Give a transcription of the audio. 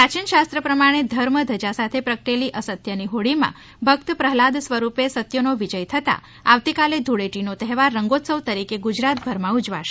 પ્રાચીન શાસ્ત્ર પ્રમાણે ધર્મ ધજા સાથે પ્રગટેલી અસત્યની હોળીમાં ભકત પ્રહલાદ સ્વરૂપે સત્યનો વિજય થતાં આવતીકાલે ધૂળેટીનો તહેવાર રંગોત્સવ તરીકે ગુજરાતભરમાં ઉજવાશે